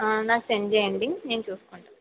నాకు సెండ్ చెయ్యండి నేను చూసుకుంటా